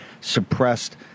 suppressed